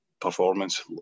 performance